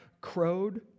crowed